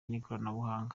n’ikoranabuhanga